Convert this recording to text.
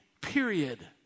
period